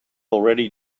already